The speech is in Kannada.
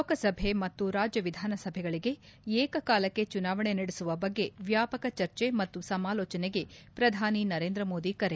ಲೋಕಾಸಭೆ ಮತ್ತು ರಾಜ್ಯವಿಧಾನಸಭೆಗಳಿಗೆ ಏಕಕಾಲಕ್ಕೆ ಚುನಾವಣೆ ನಡೆಸುವ ಬಗ್ಗೆ ವ್ಯಾಪಕ ಚರ್ಚೆ ಮತ್ತು ಸಮಾಲೋಜನೆಗೆ ಪ್ರಧಾನಿ ನರೇಂದ್ರ ಮೋದಿ ಕರೆ